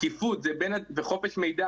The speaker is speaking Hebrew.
שקיפות וחופש מידע,